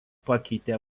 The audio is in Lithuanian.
pakeitė